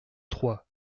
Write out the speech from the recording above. trois